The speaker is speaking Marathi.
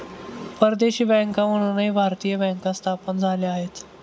परदेशी बँका म्हणूनही भारतीय बँका स्थापन झाल्या आहेत